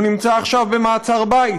הוא נמצא עכשיו במעצר בית.